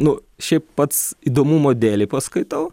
nu šiaip pats įdomumo dėlei paskaitau